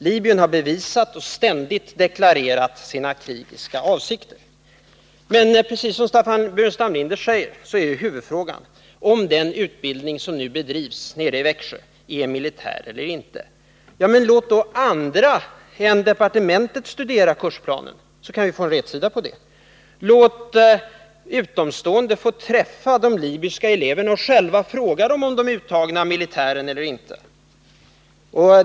Libyen har bevisat och ständigt deklarerat sina krigiska avsikter. Som Staffan Burenstam Linder säger är huvudfrågan om den utbildning som nu bedrivs nere i Växjö är militär eller inte. Men låt då andra än departementet studera kursplanerna, så kan vi få rätsida på det problemet! Låt utomstående få träffa de libyska eleverna och själva fråga dem om de är uttagna av militären eller inte!